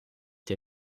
dir